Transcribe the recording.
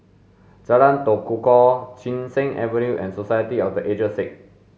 Jalan Tekukor Chin Cheng Avenue and Society of the Aged Sick